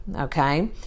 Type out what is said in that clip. Okay